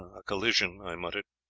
a collision i muttered,